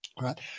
Right